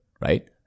Right